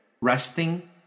Resting